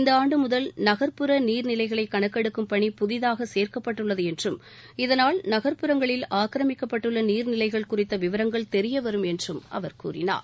இந்த ஆண்டு முதல் நகர்ப்புற நீர்நிலைகளை கணக்கெடுக்கும் பணி புதிதாக சேர்க்கப்பட்டுள்ளது என்றும் இதனால் நகர்ப்புறங்களில் ஆக்கிரமிக்கப்பட்டுள்ள நீர் நிலைகள் குறித்த விவரங்கள் தெரிய வரும் என்றும் அவர் கூறினார்